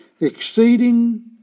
exceeding